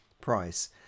price